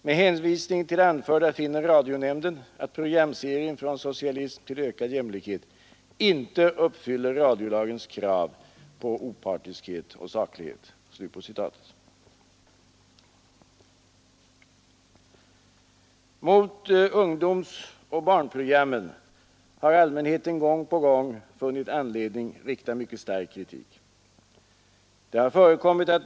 Med hänvisning till det anförda finner radionämnden att programseri Nr 130 en ”Från socialism till ökad jämlikhet inte uppfyller radiolagens krav på Måndagen den opartiskhet och saklighet.” 4 december 1972 Mot ungdomsoch barnprogrammen har allmänheten gång på gång funnit anledning rikta mycket stark kritik. Det har förekommit att man Ang.